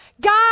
God